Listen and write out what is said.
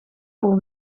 voor